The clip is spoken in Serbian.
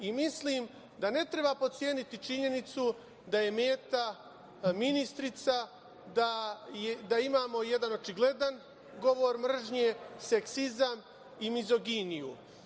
Mislim da ne treba potceniti činjenicu da je meta ministrica, da imamo jedan očigledan govor mržnje, seksizam i mizoginiju.